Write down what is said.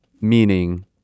meaning